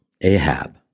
Ahab